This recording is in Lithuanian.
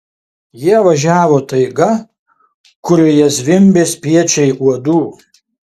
jie važiavo taiga kurioje zvimbė spiečiai uodų